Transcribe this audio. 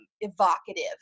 evocative